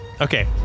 Okay